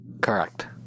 correct